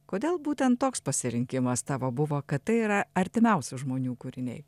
kodėl būtent toks pasirinkimas tavo buvo kad tai yra artimiausių žmonių kūriniai